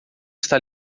está